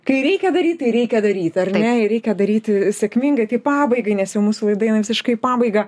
kai reikia daryt tai reikia daryt jei reikia daryti sėkmingai tai pabaigai nes jau mūsų laida eina visiškai į pabaigą